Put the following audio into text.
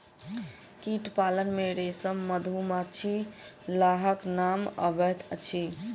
कीट पालन मे रेशम, मधुमाछी, लाहक नाम अबैत अछि